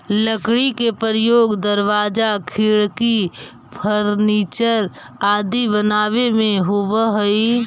लकड़ी के प्रयोग दरवाजा, खिड़की, फर्नीचर आदि बनावे में होवऽ हइ